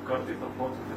kartais ar procentais